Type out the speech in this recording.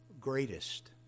greatest